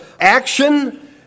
action